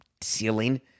ceiling